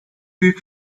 büyük